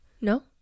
No